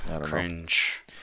Cringe